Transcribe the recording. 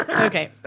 Okay